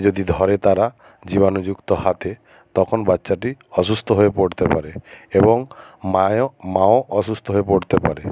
যদি ধরে তারা জীবাণুযুক্ত হাতে তখন বাচ্চাটি অসুস্থ হয়ে পড়তে পারে এবং মায়ও মাও অসুস্থ হয়ে পড়তে পারে